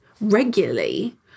regularly